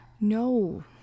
No